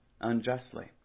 unjustly